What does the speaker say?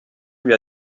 lui